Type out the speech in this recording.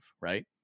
right